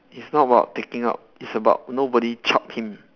it's not about taking up it's about nobody chup him